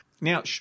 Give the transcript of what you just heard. Now